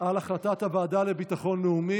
אינה נוכחת, חברת הכנסת מטי צרפתי הרכבי,